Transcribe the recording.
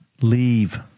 Leave